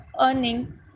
earnings